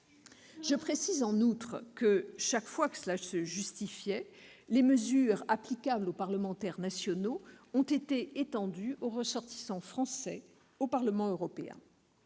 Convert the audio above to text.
Je précise en outre que, chaque fois que cela se justifiait, les mesures applicables aux parlementaires nationaux ont été étendues aux représentants français au Parlement européen.